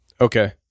Okay